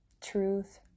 truth